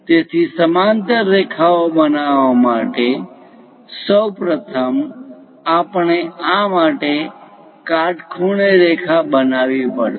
તેથી સમાંતર રેખાઓ બનાવવા માટે સૌ પ્રથમ આપણે આ માટે કાટખૂણે રેખા બનાવવી પડશે